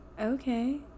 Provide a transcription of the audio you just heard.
Okay